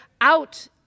out